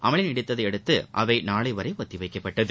அமளி நீடித்ததை அடுத்து அவை நாளை வரை ஒத்திவைக்கப்பட்டது